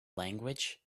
language